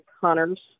hunters